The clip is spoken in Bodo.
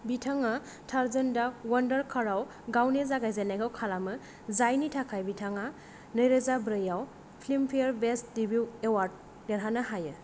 बिथाङा टार्जन दा वान्डार कार आव गावनि जागायजेननायखौ खालामो जायनि थाखाय बिथाङा नै रोजा ब्रै आव फिल्मफेयर बेस्ट डेब्यू एवार्ड देरहानो हायो